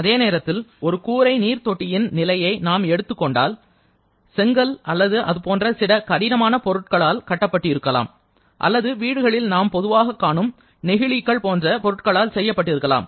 அதே நேரத்தில் ஒரு கூரை நீர் தொட்டியின் நிலையை நாம் எடுத்துக் கொண்டால் செங்கல் அல்லது அதுபோன்ற சில கடினமான பொருட்களால் கட்டப்பட்டிருக்கலாம் அல்லது வீடுகளில் நாம் பொதுவாகக் காணும் நெகிழிகள் போன்ற பொருட்களால் செய்யப்பட்டிருக்கலாம்